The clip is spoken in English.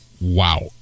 wow